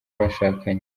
bashakanye